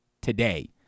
today